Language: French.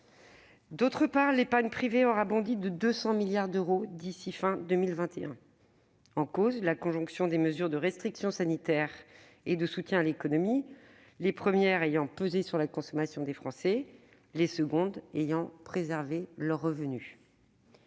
D'autre part, l'épargne privée aura bondi de 200 milliards d'euros d'ici à la fin 2021. En cause : la conjonction des mesures de restrictions sanitaires et de soutien à l'économie, les premières ayant pesé sur la consommation des Français, les secondes ayant préservé leurs revenus.